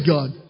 God